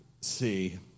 see